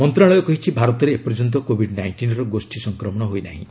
ମନ୍ତ୍ରଣାଳୟ କହିଛି ଭାରତରେ ଏ ପର୍ଯ୍ୟନ୍ତ କୋଭିଡ୍ ନାଇଷ୍ଟିନ୍ର ଗୋଷୀ ସଫକ୍ରମଣ ହୋଇନାହିଁ